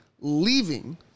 leaving